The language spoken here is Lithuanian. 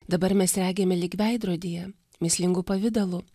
dabar mes regime lyg veidrodyje mįslingu pavidalu